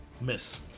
miss